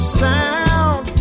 sound